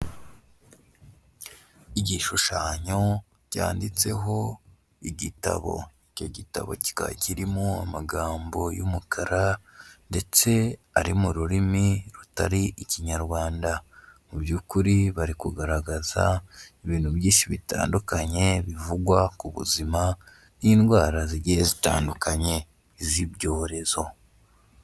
Igishushanyo cyanditseho igitabo, icyo gitabo kikaba kirimo amagambo y'umukara ndetse ari mu rurimi rutari ikinyarwanda mu by'ukuri bari kugaragaza ibintu byinshi bitandukanye bivugwa ku buzima n'indwara zigiye zitandukanye z'ibyorezo.